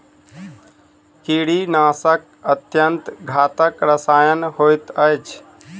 कीड़ीनाशक अत्यन्त घातक रसायन होइत अछि